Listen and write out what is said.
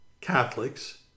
Catholics